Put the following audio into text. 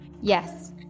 Yes